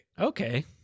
Okay